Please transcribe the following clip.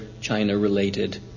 China-related